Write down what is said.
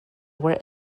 were